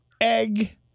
egg